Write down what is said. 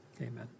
Amen